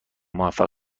موفق